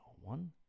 one